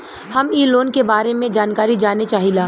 हम इ लोन के बारे मे जानकारी जाने चाहीला?